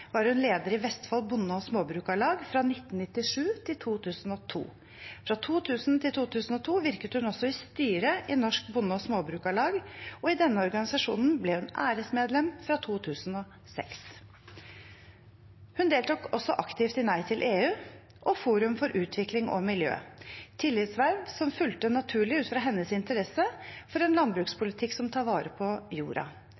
var hun leder i Vestfold Bonde- og Småbrukarlag fra 1997 til 2002. Fra 2000 til 2002 virket hun også i styret i Norsk Bonde- og Småbrukarlag, og i denne organisasjonen var hun æresmedlem fra 2006. Hun deltok også aktivt i Nei til EU og Forum for utvikling og miljø, tillitsverv som fulgte naturlig av hennes interesse for en